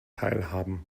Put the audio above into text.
teilhaben